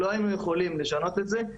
לא היינו יכולים לשנות את זה.